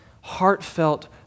heartfelt